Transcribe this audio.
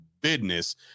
business